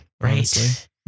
Right